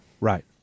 right